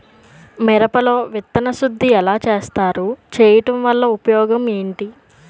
మిరప లో విత్తన శుద్ధి ఎలా చేస్తారు? చేయటం వల్ల ఉపయోగం ఏంటి?